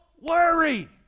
worry